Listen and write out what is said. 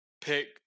pick